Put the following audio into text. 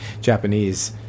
Japanese